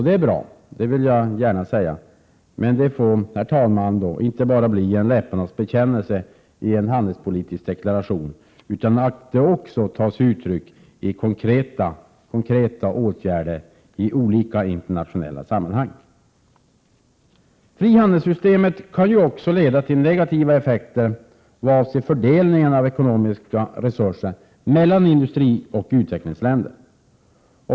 Det är bra, men det får då, herr talman, inte bara bli en läpparnas bekännelse i en handelspolitisk deklaration, utan det måste också ta sig uttryck i konkreta åtgärder i olika internationella sammanhang. Frihandelssystemet kan också leda till negativa effekter vad avser fördelningen av ekonomiska resurser mellan industrioch utvecklingsländer.